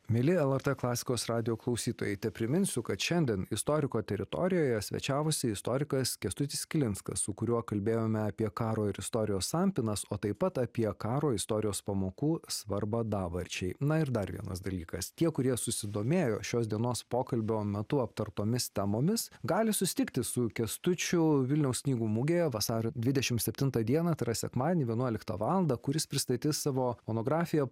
mieli lrt klasikos radijo klausytojai tepriminsiu kad šiandien istoriko teritorijoje svečiavosi istorikas kęstutis kilinskas su kuriuo kalbėjome apie karo ir istorijos sampynas o taip pat apie karo istorijos pamokų svarbą dabarčiai na ir dar vienas dalykas tie kurie susidomėjo šios dienos pokalbio metu aptartomis temomis gali susitikti su kęstučiu vilniaus knygų mugėje vasario dvidešimt septintą dieną tai yra sekmadienį vienuoliktą valandą kur jis pristatys savo monografiją